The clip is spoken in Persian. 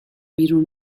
بیرون